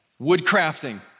Woodcrafting